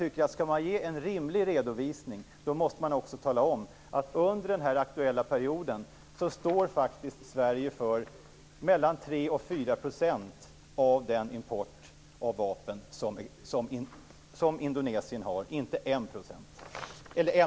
Skall man ge en rimlig redovisning måste man också tala om att under den aktuella perioden står Sverige för 3-4 % av den import av vapen som Indonesien har - inte 1 %.